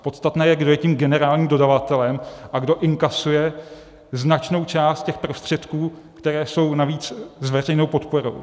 Podstatné je, kdo je tím generálním dodavatelem a kdo inkasuje značnou část těch prostředků, které jsou navíc s veřejnou podporou.